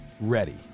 ready